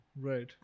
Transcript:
right